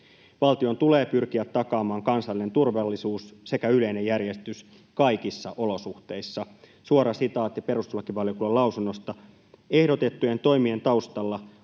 valtion tulee pyrkiä takaamaan kansallinen turvallisuus sekä yleinen järjestys kaikissa olosuhteissa. Suora sitaatti perustuslakivaliokunnan lausunnosta: ”Ehdotettujen toimien taustalla